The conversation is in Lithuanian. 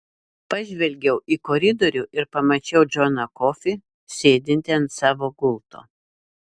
pažvelgiau į koridorių ir pamačiau džoną kofį sėdintį ant savo gulto